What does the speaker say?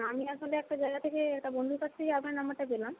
আমি আসলে একটা জায়গা থেকে একটা বন্ধুর কাছ থেকে আপনার নাম্বারটা পেলাম